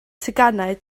teganau